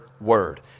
word